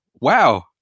wow